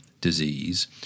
disease